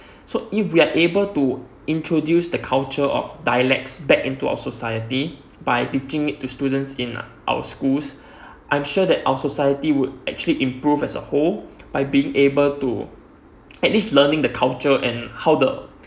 so if we are able to introduce the culture of dialects back into our society by teaching it to our students in our schools I'm sure that our society would actually improve as a whole by being able to at least learning the culture and how the